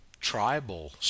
tribal